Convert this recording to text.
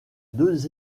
deux